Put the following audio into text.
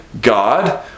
God